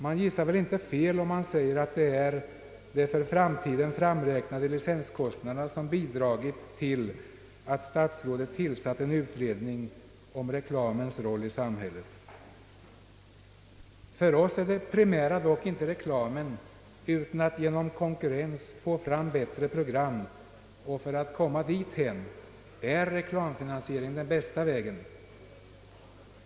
Man gissar väl inte fel om man säger att det är de för framtiden framräknade licenskostnaderna som bidragit till att statsrådet tillsatt en utredning om reklamens roll i samhället. För oss är det primära dock inte reklamen utan att genom konkurrens få fram bättre program, och för att komma dithän är reklamfinansiering den bästa vägen.